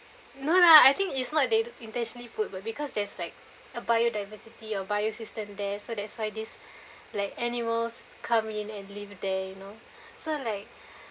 no I think it's not they d~ intentionally put but because there's like a biodiversity or biosystem there so that's why this like animals come in and live there you know so like